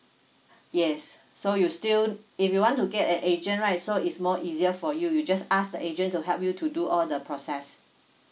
yes so you still if you want to get an agent right so it's more easier for you you just ask the agent to help you to do all the process